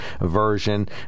version